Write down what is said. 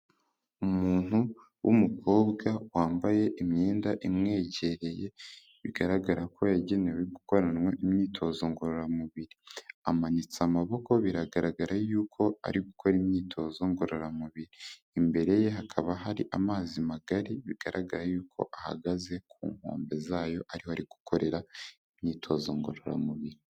Umuntu w'umukobwa wambaye imyenda imwegereye, bigaragara ko yagenewe gukoranwa imyitozo ngororamubiri. Amanitse amaboko biragaragara yuko ari gukora imyitozo ngororamubiri, imbere ye hakaba hari amazi magari. Bigaragara yuko ahagaze ku nkombe zayo, ariho ari gukorera imyitozo ngororamubiri.